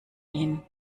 ihn